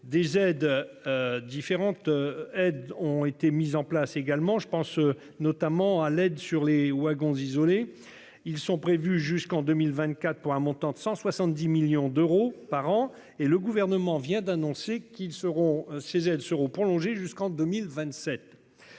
des aides. Différentes. Aides ont été mises en place également. Je pense notamment à l'aide sur l'Eawag 11 isolés, ils sont prévus jusqu'en 2024 pour un montant de 170 millions d'euros par an et le gouvernement vient d'annoncer qu'ils seront chez elles seront prolongées jusqu'en 2027.